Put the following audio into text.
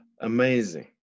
Amazing